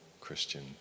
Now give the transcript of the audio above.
Christian